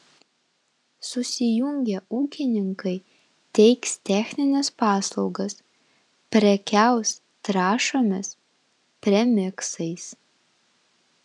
susijungę ūkininkai teiks technines paslaugas prekiaus trąšomis premiksais